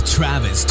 Travis